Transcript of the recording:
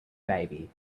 baby